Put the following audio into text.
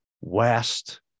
west